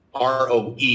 ROE